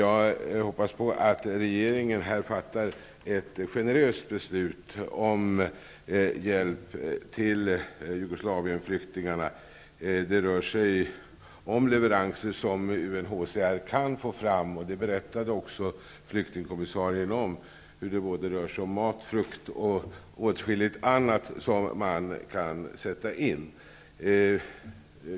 Jag hoppas att regeringen här kommer att fatta ett generöst beslut om hjälp till Jugoslavienflyktingarna. Det rör sig om leveranser som UNHCR kan få fram. Det talade flyktingkommissarien om. Det rör sig om mat, frukt och åtskilligt annat som kan levereras.